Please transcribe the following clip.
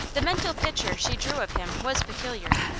the mental picture she drew of him was peculiar.